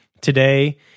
today